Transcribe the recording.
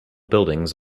buildings